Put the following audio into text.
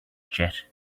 jet